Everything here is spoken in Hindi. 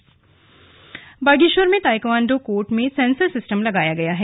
स्लग ताइक्वांडो सेंसर बागेश्वर में ताइक्वांडो कोर्ट में सेंसर सिस्टम लगाया गया है